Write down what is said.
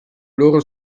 loro